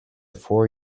four